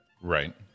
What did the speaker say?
Right